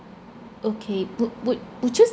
okay would would would you